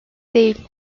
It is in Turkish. değil